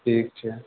ठीक छै